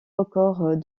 records